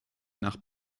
nach